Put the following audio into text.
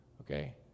Okay